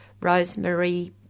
rosemary